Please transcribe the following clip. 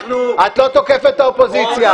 את לא תוקפת את האופוזיציה.